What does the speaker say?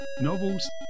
novels